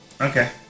Okay